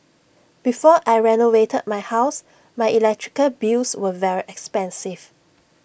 before I renovated my house my electrical bills were very expensive